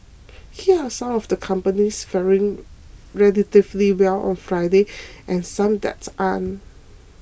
here are some of the companies faring relatively well on Friday and some that aren't